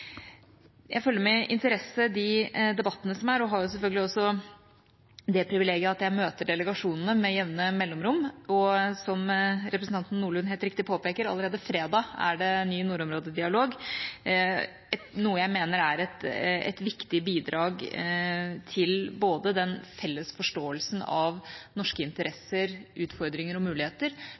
Jeg følger med interesse de debattene som er, og har selvfølgelig også det privilegiet at jeg møter delegasjonene med jevne mellomrom, og, som representanten Nordlund helt riktig påpeker, allerede fredag er det ny nordområde-dialog, noe jeg mener er et viktig bidrag til både den felles forståelsen av norske interesser, utfordringer og muligheter,